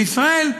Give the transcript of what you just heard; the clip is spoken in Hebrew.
בישראל,